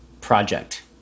project